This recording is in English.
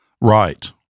Right